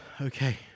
Okay